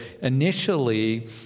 initially